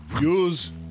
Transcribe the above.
Use